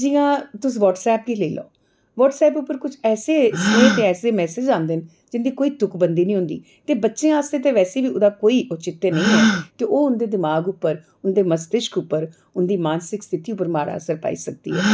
जियां तुस वाट्सऐप गी लेई लैओ वाट्सऐप उप्पर किश ऐसे सनेह् ते किश ऐसे मैसेज आंदे न जिंदी कोई तुक्कबंदी निं होंदी ते बच्चें आस्तै ते वैसे बी ओह्दा कोई औचित्य निं ऐ ते ओह् उं'दे दमाक पर उं'दे मस्तिश्क पर उंदी मानसक स्थिति पर माड़ा असर पाई सकदी ऐ